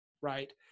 right